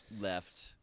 Left